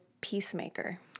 peacemaker